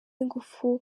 ingufu